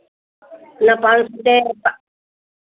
ल पाँच सौ से